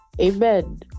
amen